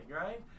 right